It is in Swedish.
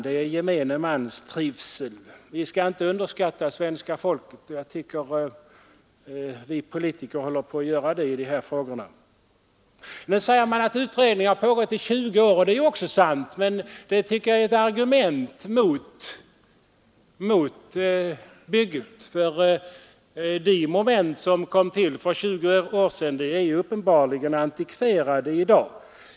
Det är gemene mans trivsel det gäller. Vi skall inte underskatta svenska folket, och jag tycker att vi politiker håller på och gör det i dessa frågor. Nu säger man att utredningen har pågått i 20 år. Det är visserligen sant, men det tycker jag är ett argument mot bygget. De moment som kom fram för 20 år sedan är uppenbarligen antikverade i dag.